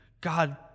God